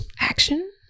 Action